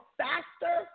faster